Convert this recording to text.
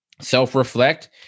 self-reflect